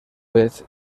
vez